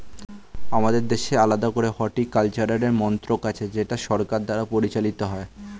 আমাদের দেশে আলাদা করে হর্টিকালচারের মন্ত্রক আছে যেটা সরকার দ্বারা পরিচালিত হয়